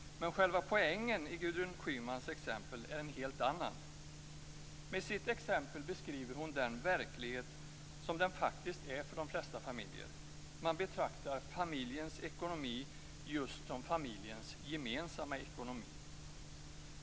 Själva poängen i Gudrun Schymans exempel är någonting helt annat. Med sitt exempel beskriver hon verkligheten som den faktiskt är i de flesta familjer, nämligen att man betraktar familjens ekonomi just som familjens gemensamma ekonomi.